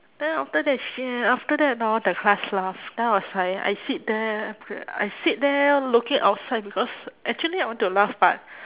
then after that she then after that hor the class laugh then I was like I sit there I sit there looking outside because actually I want to laugh but